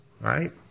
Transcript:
right